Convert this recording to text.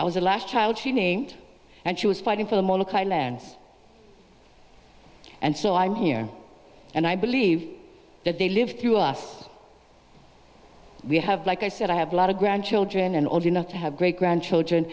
i was the last child she named and she was fighting for the lands and so i'm here and i believe that they live through us we have like i said i have a lot of grandchildren and old enough to have great grandchildren